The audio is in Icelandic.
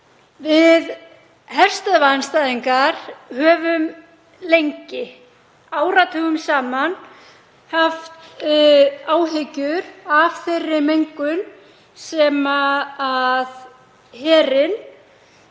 Við herstöðvaandstæðingar höfum áratugum saman haft áhyggjur af þeirri mengun sem bandaríski